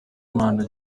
wimana